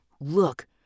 Look